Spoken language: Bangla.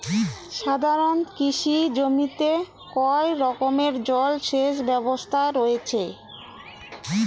সাধারণত কৃষি জমিতে কয় রকমের জল সেচ ব্যবস্থা রয়েছে?